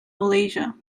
malaysia